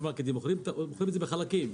הסופרמרקטים מוכרים את זה בחלקים.